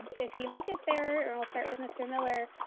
if you make it there, and i'll start with mr. miller,